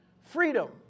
freedom